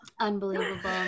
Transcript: Unbelievable